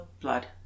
blood